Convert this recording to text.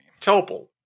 Topol